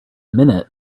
minute